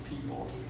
people